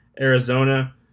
Arizona